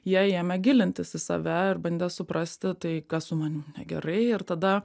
jie ėme gilintis į save ir bandė suprasti tai kas su manim negerai ir tada